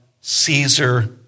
Caesar